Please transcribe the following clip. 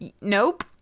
Nope